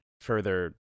further